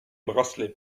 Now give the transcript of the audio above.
bracelets